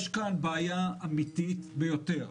יש כאן בעיה אמיתית ביותר.